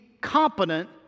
competent